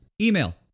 Email